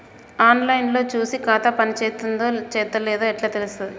On line లో చూసి ఖాతా పనిచేత్తందో చేత్తలేదో ఎట్లా తెలుత్తది?